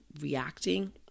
reacting